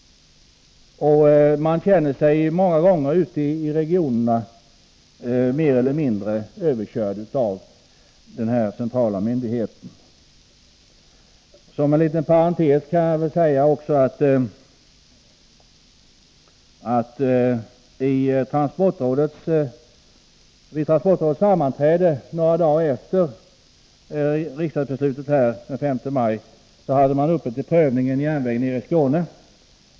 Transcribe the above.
Ute i regionerna känner man sig många gånger mer eller mindre överkörd av denna centrala myndighet. Som en parentes kan jag nämna att vid transportrådets sammanträde några dagar efter riksdagsbeslutet den 5 maj hade man till prövning uppe en järnvägi Skåne.